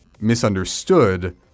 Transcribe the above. misunderstood